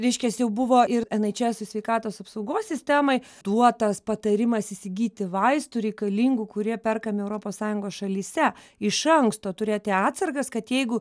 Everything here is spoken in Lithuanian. reiškias jau buvo ir en eič esui sveikatos apsaugos sistemai duotas patarimas įsigyti vaistų reikalingų kurie perkami europos sąjungos šalyse iš anksto turėti atsargas kad jeigu